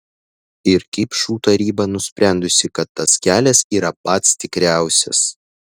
ir kipšų taryba nusprendusi kad tas kelias yra pats tikriausias